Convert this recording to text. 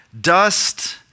dust